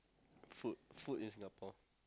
food food in Singapore